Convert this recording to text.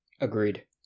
Agreed